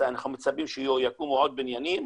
אנחנו מצפים שיקומו עוד בניינים